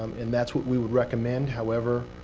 um and that's what we would recommend. however,